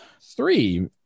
Three